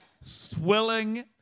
swilling